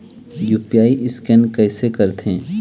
UPI scan कइसे करथे?